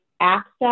access